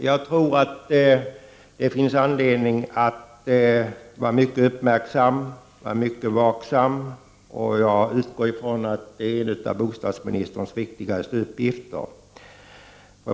Jag tror alltså att det finns anledning att vara mycket uppmärksam och vaksam, och jag utgår från att det är en av bostadsministerns viktigaste uppgifter.